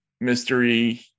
mystery